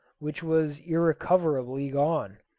which was irrecoverably gone.